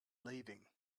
leaving